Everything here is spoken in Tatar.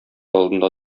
алдында